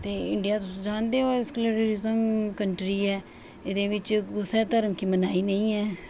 ते इंडिया तुस जानदे ओ इक रिलियस कंट्री ऐ एह्दे बेच कुसै धर्म गी मनाई नेईं ऐ